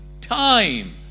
time